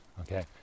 Okay